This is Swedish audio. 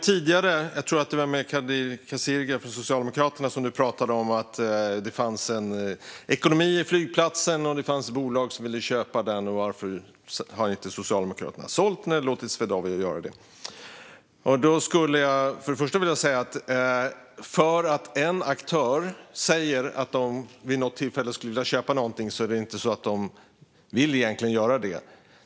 Jag tror att det var i replikskiftet med Kadir Kasirga som du sa att det fanns en ekonomi i flygplatsen och att bolag ville köpa den, och du undrade varför Socialdemokraterna inte låtit Swedavia sälja den. Men att en aktör säger att den vill köpa något betyder inte alltid att den vill det.